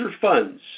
funds